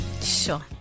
Sure